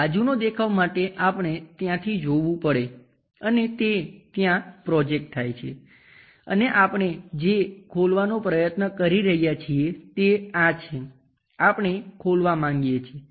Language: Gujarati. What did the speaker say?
બાજુનો દેખાવ માટે આપણે ત્યાંથી જોવું પડે અને તે ત્યાં પ્રોજેક્ટ થાય છે અને આપણે જે ખોલવાનો પ્રયત્ન કરી રહ્યા છીએ તે આ છે જે આપણે ખોલવા માંગીએ છીએ